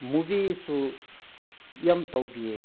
ꯃꯨꯕꯤꯁꯨ ꯌꯥꯝ ꯇꯧꯕꯤꯌꯦ